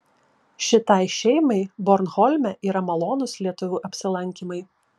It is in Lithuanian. šitai šeimai bornholme yra malonūs lietuvių apsilankymai